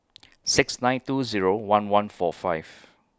six nine two Zero one one four five